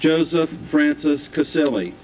joseph francisco silly